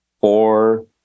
four